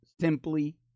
simply